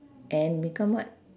and become what